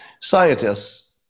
scientists